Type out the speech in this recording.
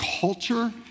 culture